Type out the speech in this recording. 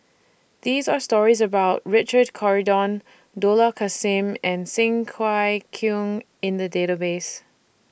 These Are stories about Richard Corridon Dollah Kassim and Cheng Wai Keung in The Database